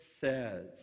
says